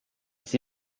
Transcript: s’y